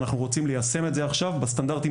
אנחנו רוצים ליישם את זה עכשיו בסטנדרטים